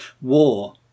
War